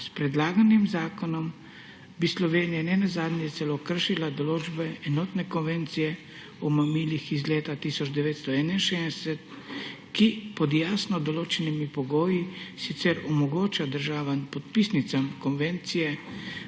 S predlaganim zakonom bi Slovenija nenazadnje celo kršila določbe Enotne konvencije o mamilih iz leta 1961, ki pod jasno določenimi pogoji sicer omogoča državam podpisnicam konvencije